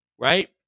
Right